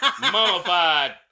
mummified